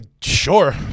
sure